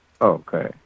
Okay